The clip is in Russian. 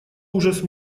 ужас